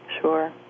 sure